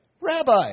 Rabbi